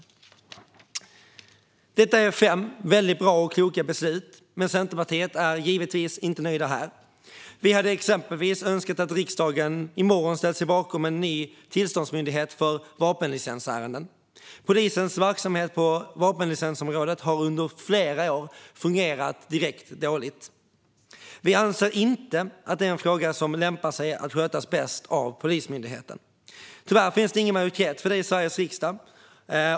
Detta är fem väldigt bra och kloka beslut, men vi i Centerpartiet är givetvis inte nöjda här. Vi hade exempelvis önskat att riksdagen i morgon ställt sig bakom en ny tillståndsmyndighet för vapenlicensärenden. Polisens verksamhet på vapenlicensområdet har under flera år fungerat direkt dåligt. Vi anser inte att det är en fråga som bäst lämpar sig att skötas av Polismyndigheten. Tyvärr finns det ingen majoritet för detta i Sveriges riksdag.